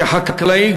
כחקלאי,